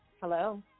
Hello